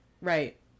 right